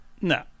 no